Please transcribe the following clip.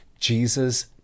Jesus